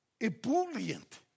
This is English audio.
ebullient